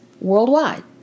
worldwide